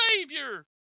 Savior